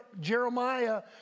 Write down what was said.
Jeremiah